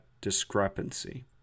discrepancy